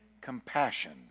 compassion